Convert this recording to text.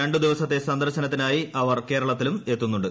രണ്ട് ദിവസത്തെ സന്ദർശനത്തിനായി അവർ കേരളത്തിലും എത്തുന്നുണ്ട്